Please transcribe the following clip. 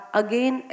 again